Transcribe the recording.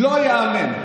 לא ייאמן.